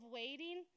waiting